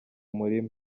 murima